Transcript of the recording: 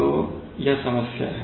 तो यह समस्या है